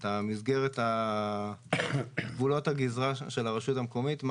את מסגרת גבולות הגזרה של הרשות המקומית מה